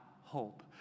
hope